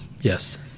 yes